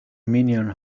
mignon